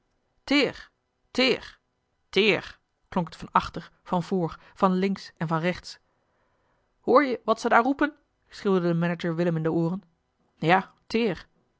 het van achter van voor van links en van rechts hoor je wat ze daar roepen schreeuwde de manager willem in de ooren ja teer